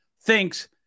thinks